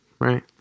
Right